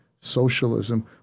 socialism